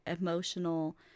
emotional